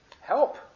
help